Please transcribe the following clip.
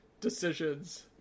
decisions